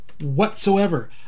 whatsoever